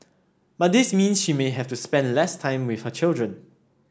but this means she may have to spend less time with her children